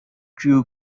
drew